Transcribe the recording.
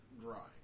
dry